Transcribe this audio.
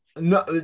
No